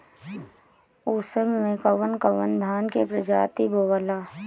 उसर मै कवन कवनि धान के प्रजाति बोआला?